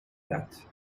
that